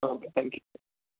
okay thank you